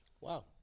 wow